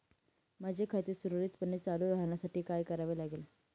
माझे खाते सुरळीतपणे चालू राहण्यासाठी काय करावे लागेल?